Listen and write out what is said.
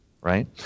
right